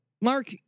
Mark